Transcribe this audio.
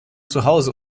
zuhause